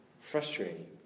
frustrating